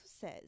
says